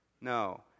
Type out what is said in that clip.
No